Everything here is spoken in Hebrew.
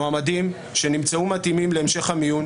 מועמדים שנמצאו מתאימים להמשך המיון,